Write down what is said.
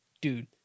dude